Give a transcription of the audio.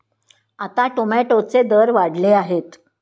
आता टोमॅटोचे दर वाढले आहेत